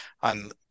on